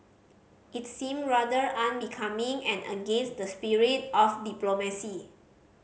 it seemed rather unbecoming and against the spirit of diplomacy